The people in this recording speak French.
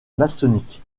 maçonnique